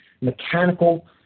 mechanical